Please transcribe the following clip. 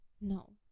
No